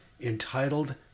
entitled